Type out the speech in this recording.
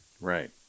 Right